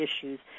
issues